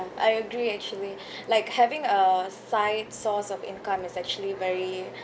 I agree actually like having a side source of income is actually very